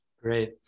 Great